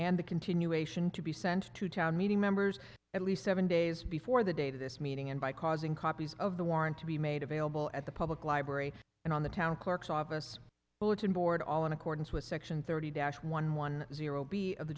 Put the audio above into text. and the continuation to be sent to town meeting members at least seven days before the date of this meeting and by causing copies of the warrant to be made available at the public library and on the town clerk's office bulletin board all in accordance with section thirty dash one one zero b of the